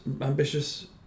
ambitious